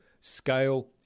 scale